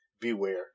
beware